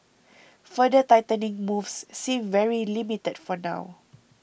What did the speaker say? further tightening moves seem very limited for now